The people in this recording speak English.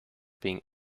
being